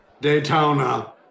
Daytona